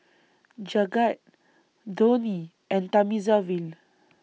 Jagat Dhoni and Thamizhavel